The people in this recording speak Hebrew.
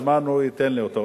הזמן, הוא ייתן לי אותו.